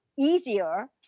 easier